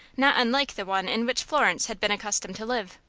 not unlike the one in which florence had been accustomed to live.